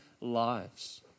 lives